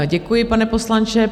Děkuji, pane poslanče.